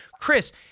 Chris